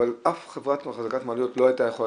אבל אף חברת אחזקת מעליות לא הייתה יכולה